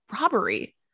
robbery